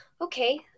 okay